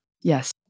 Yes